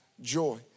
joy